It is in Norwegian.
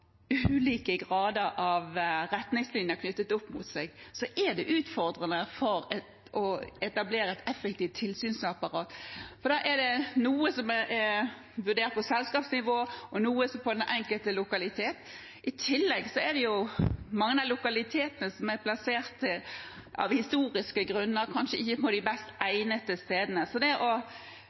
ulike lokaliteter har ulike grader av retningslinjer knyttet opp mot seg, er det utfordrende å etablere et effektivt tilsynsapparat. Noe er vurdert på selskapsnivå, og noe er vurdert på den enkelte lokalitet. I tillegg er mange av lokalitetene, av historiske grunner, plassert på kanskje ikke de mest egnede stedene. Så det å